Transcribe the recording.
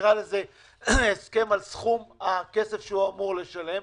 תקרא לזה הסכם על סכום הכסף שאומר לשלם.